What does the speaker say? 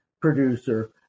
producer